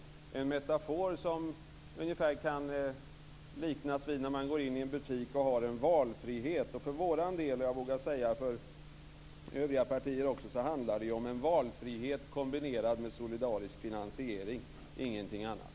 Det kan liknas ungefär vid att man går in i en butik och har en valfrihet. För vår del, och för övriga partier också vågar jag säga, handlar det om en valfrihet kombinerad med solidarisk finansiering, ingenting annat.